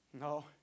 No